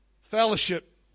fellowship